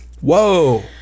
whoa